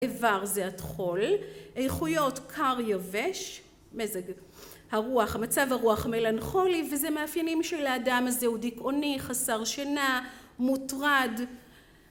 איבר זה הטחול, איכויות: קר יבש, מזג הרוח, מצב הרוח: מלנכולי, וזה מאפיינים של האדם הזה: הוא דכאוני, חסר שינה, מוטרד